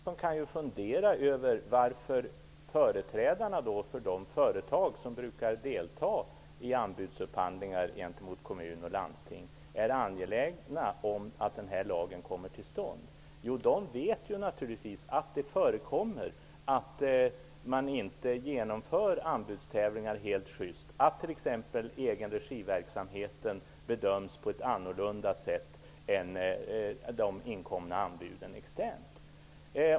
Fru talman! Man kan fundera över varför företrädare för de företag som brukar delta i anbudsupphandlingar gentemot kommun och landsting är angelägna om att den här lagen kommer till stånd. De vet naturligvis att det förekommer att man inte genomför anbudstävlingar helt sjyst. Verksamhet i egen regi bedöms annorlunda än de inkomna externa anbuden.